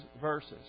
verses